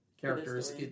characters